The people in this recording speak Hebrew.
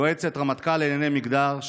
יועצת רמטכ"ל לענייני מגדר,